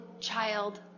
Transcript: child